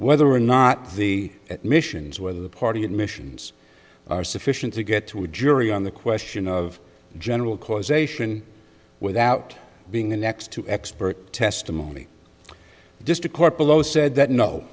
whether or not the at missions where the party admissions are sufficient to get to a jury on the question of general causation without being the next to expert testimony district court below said that no